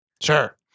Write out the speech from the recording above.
Sure